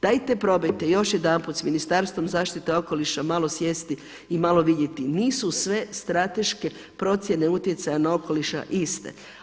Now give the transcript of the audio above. Dajte probajte još jedanput sa Ministarstvom zaštite okoliša malo sjesti i malo vidjeti, nisu sve strateške procjene utjecaja na okoliš iste.